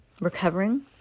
Recovering